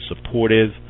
supportive